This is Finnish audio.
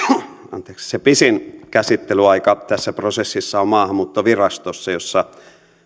se pisin käsittelyaika tässä prosessissa on maahanmuuttovirastossa jossa